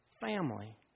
family